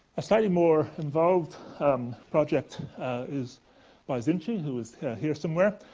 a slightly more involved um project is by xinxhi, who is here here somewhere.